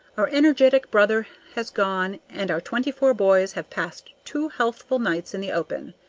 our energetic brother has gone, and our twenty-four boys have passed two healthful nights in the open.